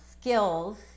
skills